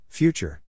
Future